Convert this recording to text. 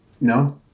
no